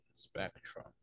Spectrum